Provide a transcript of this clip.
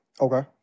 Okay